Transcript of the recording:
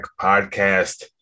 podcast